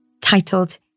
titled